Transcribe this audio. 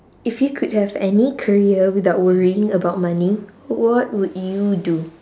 if you could have any career without worrying about money what would you do